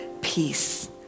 peace